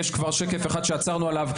יש כבר שקף אחד שעצרנו עליו,